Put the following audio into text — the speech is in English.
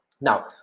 Now